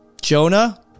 Jonah